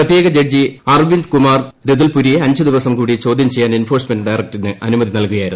പ്രത്യേക ജഡ്ജി അർവിന്ദ് കുമാർ രതുൽപുരിയെ അഞ്ച് ദിവസം കൂടി ചോദ്യം ചെയ്യാൻ എൻഫോഴ്സ്മെന്റ് ഡയറക്ടറേറ്റിന് അനുമതി നൽകുകയായിരുന്നു